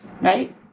right